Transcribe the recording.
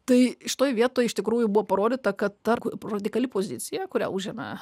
tai šitoj vietoj iš tikrųjų buvo parodyta kad ta radikali pozicija kurią užėmė